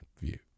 view